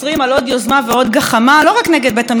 גחמה לא רק נגד בית המשפט ונגד בג"ץ,